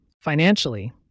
Financially